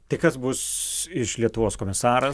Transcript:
tai kas bus iš lietuvos komisaras